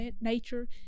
nature